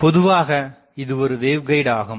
பொதுவாக இது ஒரு வேவ்கைடு ஆகும்